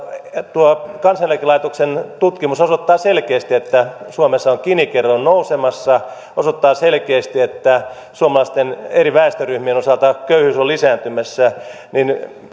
kansaneläkelaitoksen tutkimus osoittaa selkeästi että suomessa on gini kerroin nousemassa se osoittaa selkeästi että suomalaisten eri väestöryhmien osalta köyhyys on lisääntymässä niin